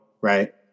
right